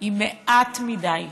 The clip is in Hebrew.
עם מעט מדי.